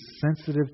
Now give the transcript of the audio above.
sensitive